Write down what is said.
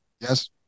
Yes